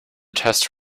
test